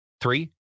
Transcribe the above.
three